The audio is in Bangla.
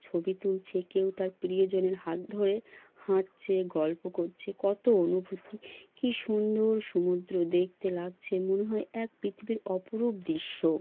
ছবি তুলছে কেউ তার প্রিয়জনের হাত ধরে হাঁটছে গল্প করছে কত অনুভূতি কী সুন্দর সমুদ্র দেখতে লাগছে মনে হয় এক পৃথিবীর অপরূপ দৃশ্য